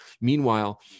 Meanwhile